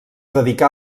dedicà